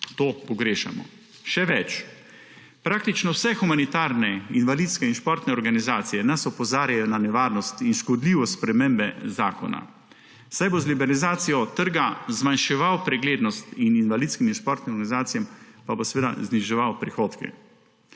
To pogrešamo. Še več, praktično vse humanitarne, invalidske in športne organizacije nas opozarjajo na nevarnost in škodljivost spremembe zakona, saj bo z liberalizacijo trga zmanjševal preglednost ter invalidskim in športnim organizacijam zniževal prihodke.